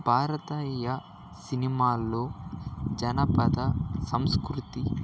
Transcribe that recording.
భారతీయ సినిమాల్లో జానపద సంస్కృతి